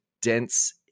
dense